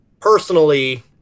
personally